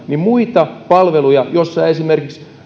niin muita palveluja joissa esimerkiksi